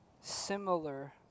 similar